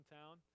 town